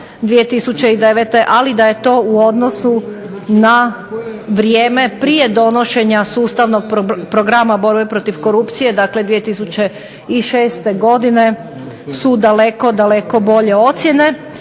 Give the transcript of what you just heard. ali da je to u odnosu na vrijeme prije donošenja sustavnog programa borbe protiv korupcije 2006. godine su daleko, daleko bolje ocjene.